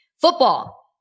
Football